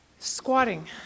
squatting